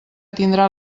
tindrà